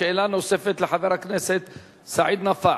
שאלה נוספת לחבר הכנסת סעיד נפאע.